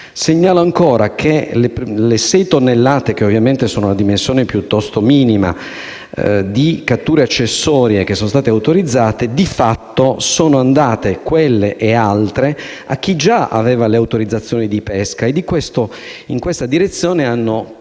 Segnalo ancora che le sei tonnellate - che ovviamente sono una dimensione piuttosto minima - di cattura accessoria che sono state autorizzate, di fatto sono andate, insieme alle altre, a chi già aveva le autorizzazioni di pesca, in tal modo limitando